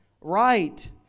right